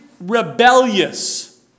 rebellious